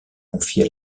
confiée